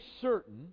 certain